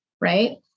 right